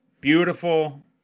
beautiful